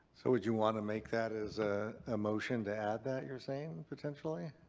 so would you want to make that as a motion to add that, you're saying potentially?